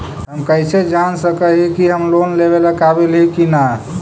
हम कईसे जान सक ही की हम लोन लेवेला काबिल ही की ना?